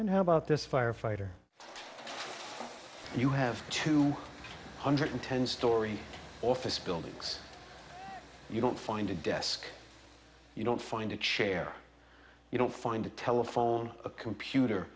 and how about this firefighter you have two hundred ten story office buildings you don't find a desk you don't find a chair you don't find a telephone a computer